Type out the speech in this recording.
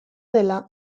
dela